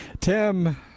Tim